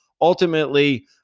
ultimately